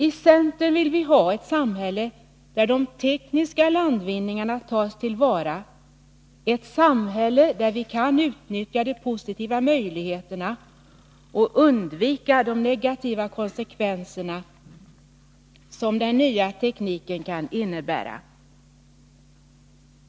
I centern vill vi ha ett samhälle där de tekniska landvinningarna tas till vara, ett samhälle där vi kan utnyttja de positiva möjligheter och undvika de negativa konsekvenser som den nya tekniken kan innebära.